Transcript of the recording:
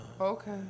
okay